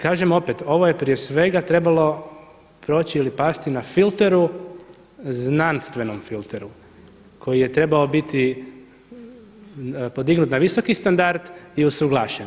Kažem opet, ovo je prije svega trebalo proći ili pasti na filteru, znanstvenom filteru koji je trebao biti podignut na visoki standard i usuglašen.